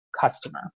customer